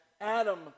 Adam